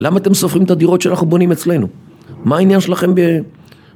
למה אתם סופרים את הדירות שאנחנו בונים אצלנו? מה העניין שלכם ב...